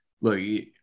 look